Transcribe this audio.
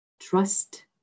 Trust